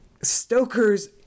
stoker's